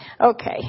Okay